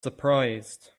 surprised